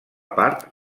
part